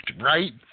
right